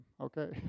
okay